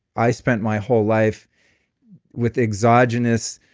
i spent my whole life with exogenous